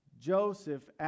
Joseph